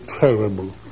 terrible